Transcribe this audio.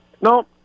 No